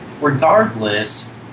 Regardless